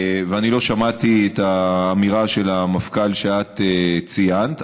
ואני לא שמעתי את האמירה של המפכ"ל שאת ציינת,